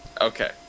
Okay